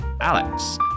Alex